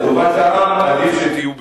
לטובת העם עדיף שתהיו בפנים.